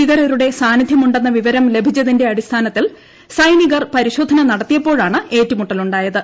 ഭീകരരുടെ സാന്നിദ്ധ്യം ഉണ്ടെന്ന വിവരം ലഭിച്ചതിന്റെ അടിസ്ഥാനത്തിൽ സൈനികർ പരിശോധന നടത്തിയപ്പോഴാണ് ഏറ്റുമുട്ടലുണ്ടായത്